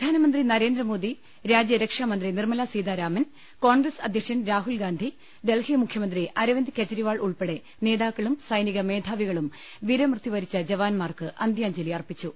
പ്രധാനമന്ത്രി നരേന്ദ്ര മോദി രാജ്യരക്ഷാ മന്ത്രി നിർമലാ സീതാരാമൻ കോൺഗ്രസ് അധ്യക്ഷൻ രാഹുൽ ഗാന്ധി ഡൽഹി മുഖ്യമന്ത്രി അരവിന്ദ് കെജരിവാൾ ഉൾപ്പെടെ നേതാക്കളും സൈനിക മേധാവികളും വീരമൃത്യുവരിച്ച ജവാന്മാർക്ക് അന്ത്യാഞ്ജലിയർപ്പിച്ചു